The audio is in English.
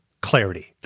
clarity